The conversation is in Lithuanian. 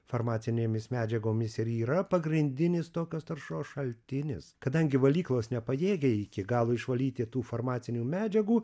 farmacinėmis medžiagomis ir yra pagrindinis tokios taršos šaltinis kadangi valyklos nepajėgia iki galo išvalyti tų farmacinių medžiagų